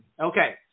Okay